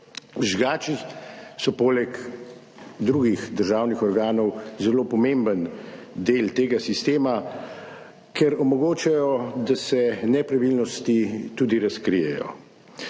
Žvižgači so poleg drugih državnih organov zelo pomemben del tega sistema, ker omogočajo, da se nepravilnosti tudi razkrijejo.